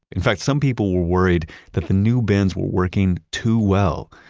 in fact, some people were worried that the new bins were working too well.